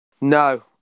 No